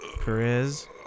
Perez